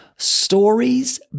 Stories